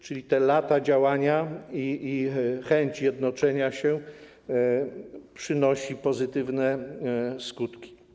Czyli te lata działania i chęć jednoczenia się przynoszą pozytywne skutki.